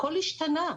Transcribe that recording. הכול השתנה.